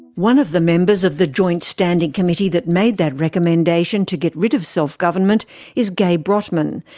one of the members of the joint standing committee that made that recommendation to get rid of self-government is gai brodtmann,